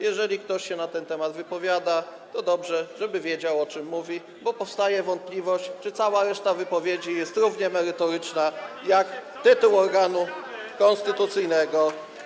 Jeżeli ktoś na ten temat się wypowiada, to byłoby dobrze, żeby wiedział, o czym mówi, bo nasuwa się wątpliwość, czy cała reszta wypowiedzi jest równie merytoryczna jak tytuł organu konstytucyjnego.